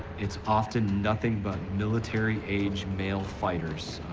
it's often nothing but military-aged male fighters,